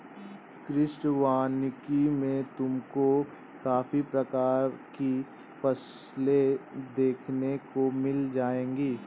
कृषि वानिकी में तुमको काफी प्रकार की फसलें देखने को मिल जाएंगी